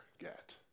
get